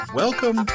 welcome